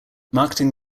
marketing